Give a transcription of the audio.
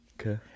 Okay